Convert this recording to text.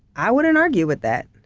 i wouldn't argue with that.